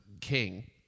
king